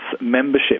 membership